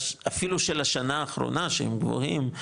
אפילו של השנה האחרונה שהם גבוהים,